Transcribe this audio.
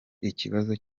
ikibazo